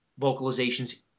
vocalizations